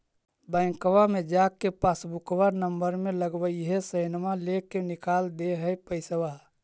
बैंकवा मे जा के पासबुकवा नम्बर मे लगवहिऐ सैनवा लेके निकाल दे है पैसवा?